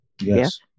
Yes